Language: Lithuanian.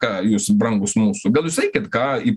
ką jūs brangūs mūsų gal jūs eikit i ką į